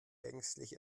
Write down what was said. ängstlich